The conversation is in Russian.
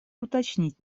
уточнить